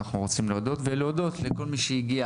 אנחנו רוצים להודות לכל מי שהגיע